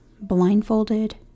blindfolded